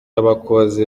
abakozi